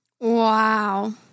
Wow